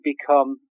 become